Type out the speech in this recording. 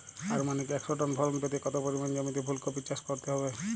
আনুমানিক একশো টন ফলন পেতে কত পরিমাণ জমিতে ফুলকপির চাষ করতে হবে?